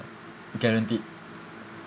guaranteed